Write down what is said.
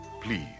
Please